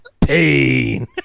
Pain